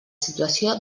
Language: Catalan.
situació